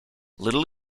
little